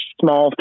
small